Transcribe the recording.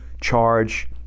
charge